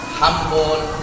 humble